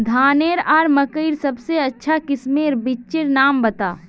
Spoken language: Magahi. धानेर आर मकई सबसे अच्छा किस्मेर बिच्चिर नाम बता?